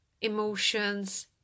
emotions